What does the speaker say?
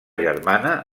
germana